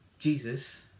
Jesus